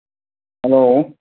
hello